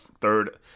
third